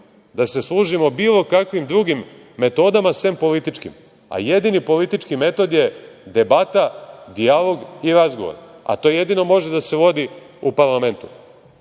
da se služimo bilo kakvim drugim metodama sem političkim, a jedini politički metod je debata, dijalog i razgovor, a to jedino može da se vodi u parlamentu. Vama